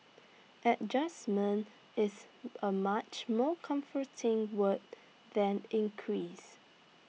adjustment is A much more comforting word than increase